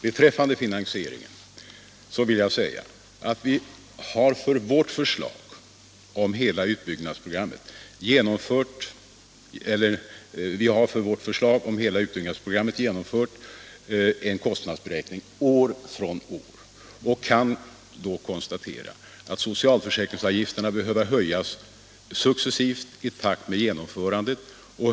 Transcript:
Beträffande finansieringen vill jag framhålla att vi när det gäller vårt förslag till utbyggnadsprogram har gjort en kostnadsberäkning år från år. Vi konstaterar att socialförsäkringsavgifterna behöver höjas successivt i takt med genomförandet.